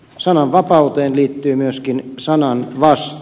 sananvapauteen liittyy myöskin sananvastuu